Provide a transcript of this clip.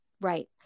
Right